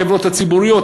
החברות הציבוריות,